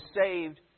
saved